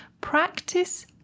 practice